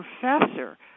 professor